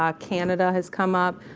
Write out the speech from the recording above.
um canada has come up.